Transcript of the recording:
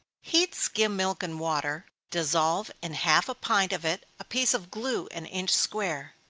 heat skim milk and water dissolve in half a pint of it a piece of glue an inch square,